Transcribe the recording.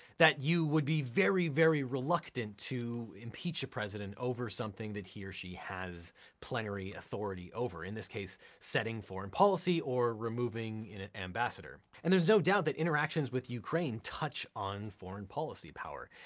that you would be very, very reluctant to impeach a president over something that he or she has plenary authority over, in this case, setting foreign policy or removing an ambassador. and there's no doubt that interactions with ukraine touch on foreign policy power,